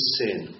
sin